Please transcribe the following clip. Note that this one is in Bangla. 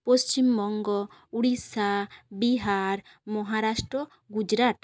পশ্চিমবঙ্গ উড়িষ্যা বিহার মহারাষ্ট্র গুজরাট